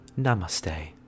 Namaste